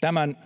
Tämän